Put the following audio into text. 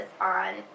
on